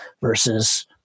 versus